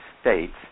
States